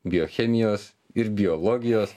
biochemijos ir biologijos